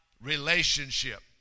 relationship